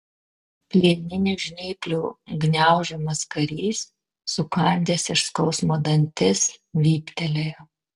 plieninių žnyplių gniaužiamas karys sukandęs iš skausmo dantis vyptelėjo